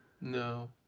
No